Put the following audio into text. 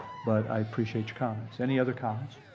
but i appreciate your comments. any other comments?